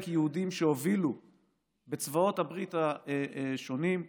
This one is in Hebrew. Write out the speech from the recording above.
יהודים שהובילו בצבאות הברית השונים,